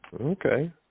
Okay